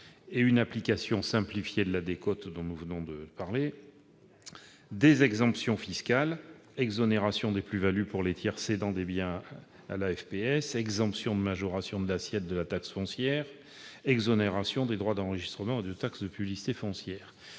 ; une application simplifiée de la décote, dont nous venons de parler ; des exemptions fiscales, telles que l'exonération des plus-values pour les tiers cédant des biens à la FPS, l'exemption de majoration de l'assiette de la taxe foncière ou l'exonération des droits d'enregistrement ou de la taxe de publicité foncière.